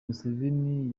museveni